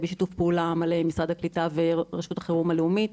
בשיתוף פעולה מלא עם משרד הקליטה ורשות החירום הלאומית.